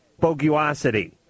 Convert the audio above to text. boguosity